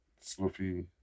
sloppy